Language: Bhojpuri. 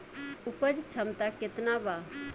उपज क्षमता केतना वा?